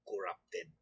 corrupted